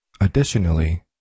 Additionally